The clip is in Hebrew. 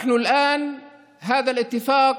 אנחנו כעת,